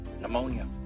pneumonia